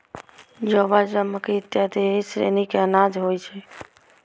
जौ, बाजरा, मकइ इत्यादि एहि श्रेणी के अनाज होइ छै